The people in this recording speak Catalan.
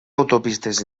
autopistes